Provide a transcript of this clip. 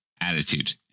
attitude